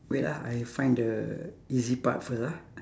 wait ah I find the easy part first ah